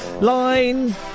line